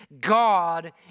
God